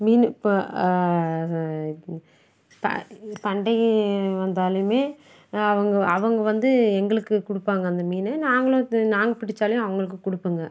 மீன் இப்போ ச இதுன்னு ப இ பண்டிகை வந்தாலுமே அவங்கள் அவங்கள் வந்து எங்களுக்கு கொடுப்பாங்க அந்த மீன் நாங்களும் எடுத்து நாங்கள் பிடித்தாலியும் அவர்களுக்கு கொடுப்போங்க